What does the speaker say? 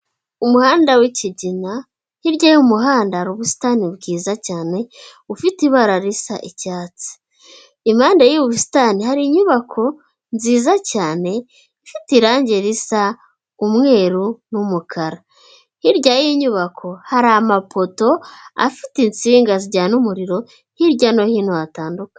Umuhanda w'ikigina, hirya y'umuhanda hari ubusitani bwiza cyane bufite ibara risa icyatsi, impande y'ubu busitani hari inyubako nziza cyane ifite irangi risa umweru n'umukara, hirya y'iyi nyubako hari amapoto afite insinga zijyana umuriro hirya no hino hatandukanye.